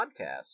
podcast